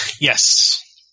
Yes